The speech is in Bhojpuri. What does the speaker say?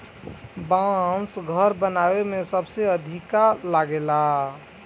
बांस घर बनावे में सबसे अधिका लागेला